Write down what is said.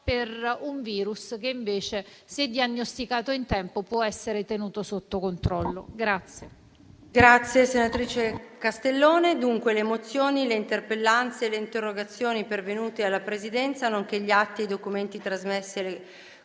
per un virus che invece, se diagnosticato in tempo, può essere tenuto sotto controllo. **Atti